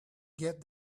get